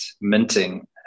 minting